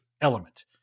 element